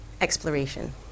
exploration